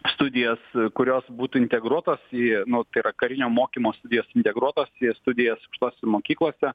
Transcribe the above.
studijos kurios būtų integruotos į nu tai yra karinio mokymo studijos integruotos į studijas aukštosiose mokyklose